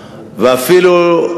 ואפילו,